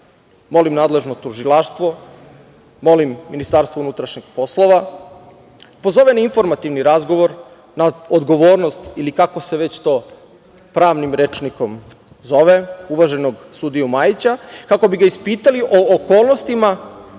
molim nadležno tužilaštvo, molim MUP da pozove na informativni razgovor, na odgovornost ili kako se već to pravnim rečnikom zove, uvaženog sudiju Majića kako bi ga ispitali o okolnostima